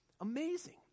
amazing